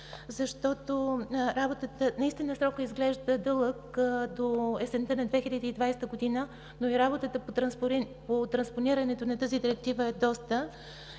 и медиите. Наистина срокът изглежда дълъг – до есента на 2020 г., но и работата по транспонирането на тази директива е доста.